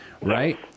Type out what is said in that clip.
Right